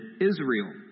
Israel